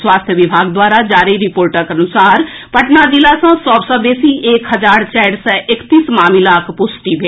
स्वास्थ्य विभाग द्वारा जारी रिपोर्टक अनुसार पटना जिला सँ सभ सँ बेसी एक हजार चारि सय एकतीस मामिलाक पुष्टि भेल